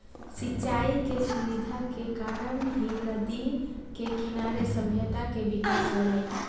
सिंचाई के सुविधा के कारण ही नदि के किनारे सभ्यता के विकास होलइ